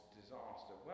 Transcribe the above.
disaster